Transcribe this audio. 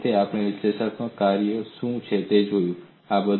અને અંતે આપણે વિશ્લેષણાત્મક કાર્યો શું છે તે જોયું છે